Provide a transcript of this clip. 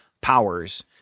powers